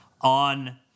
on